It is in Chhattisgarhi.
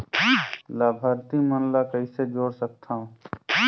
लाभार्थी मन ल कइसे जोड़ सकथव?